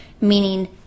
meaning